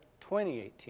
2018